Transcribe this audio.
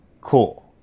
cool